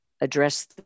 address